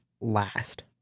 last